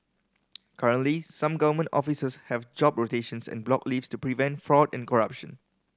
currently some government offices have job rotations and block leave to prevent fraud and corruption